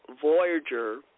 Voyager